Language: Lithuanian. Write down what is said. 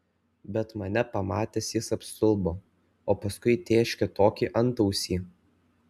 bet mane pamatęs jis apstulbo o paskui tėškė tokį antausį